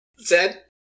Zed